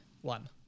One